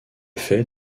fait